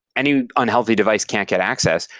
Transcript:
any unhealthy device can't get access.